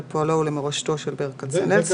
לפועלו ולמורשתו של ברל כצנלסון.